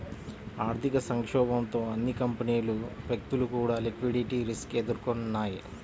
ఆర్థిక సంక్షోభంతో అన్ని కంపెనీలు, వ్యక్తులు కూడా లిక్విడిటీ రిస్క్ ఎదుర్కొన్నయ్యి